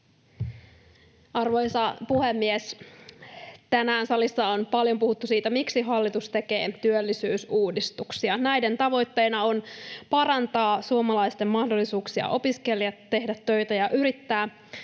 Arvoisa puhemies! Tänään salissa on paljon puhuttu siitä, miksi hallitus tekee työllisyysuudistuksia. Näiden tavoitteena on parantaa suomalaisten mahdollisuuksia opiskella ja tehdä töitä ja yrittää,